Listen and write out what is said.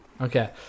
Okay